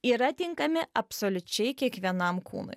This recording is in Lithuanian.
yra tinkami absoliučiai kiekvienam kūnui